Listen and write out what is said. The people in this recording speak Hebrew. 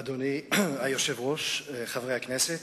אדוני היושב-ראש, חברי הכנסת,